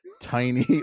tiny